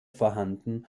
vorhanden